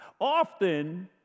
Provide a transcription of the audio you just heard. Often